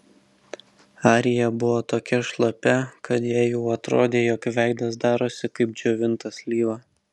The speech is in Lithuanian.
arija buvo tokia šlapia kad jai jau atrodė jog veidas darosi kaip džiovinta slyva